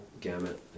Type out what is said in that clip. gamut